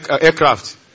aircraft